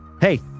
Hey